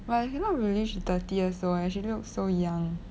but I cannot believe she thirty years old eh she looks so young